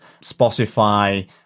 spotify